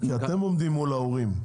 כי אתם עומדים מול ההורים,